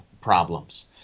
problems